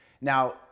Now